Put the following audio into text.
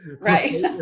right